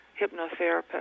hypnotherapist